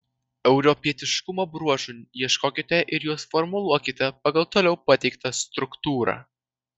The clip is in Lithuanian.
europietiškumo bruožų ieškokite ir juos formuluokite pagal toliau pateiktą struktūrą